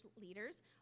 leaders